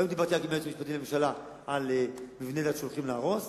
רק היום דיברתי עם היועץ המשפטי לממשלה על מבני דת שהולכים להרוס.